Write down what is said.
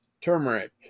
Turmeric